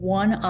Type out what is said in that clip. one